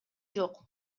жок